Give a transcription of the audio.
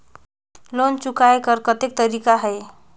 Loan चुकाय कर कतेक तरीका है?